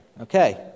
Okay